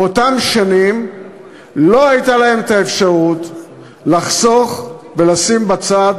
באותן שנים לא הייתה להם אפשרות לחסוך ולשים בצד